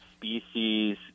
Species